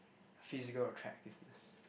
physical attractiveness